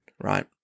right